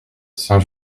saint